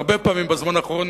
הרבה פעמים בזמן האחרון,